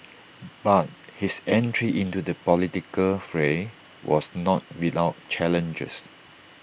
but his entry into the political fray was not without challenges